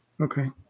Okay